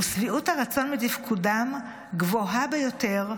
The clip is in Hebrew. ושביעות הרצון מתפקודם גבוהה ביותר.